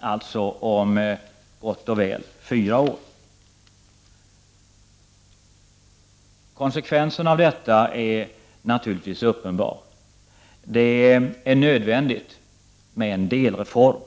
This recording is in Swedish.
alltså om gott och väl fyra år. Konsekvensen av detta är uppenbar: det är nödvändigt med en delreform.